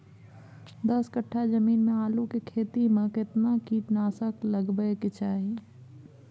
दस कट्ठा जमीन में आलू के खेती म केतना कीट नासक लगबै के चाही?